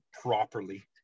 properly